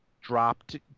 dropped